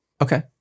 Okay